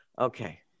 okay